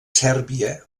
sèrbia